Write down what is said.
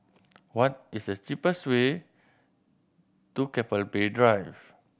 what is the cheapest way to Keppel Bay Drive